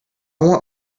want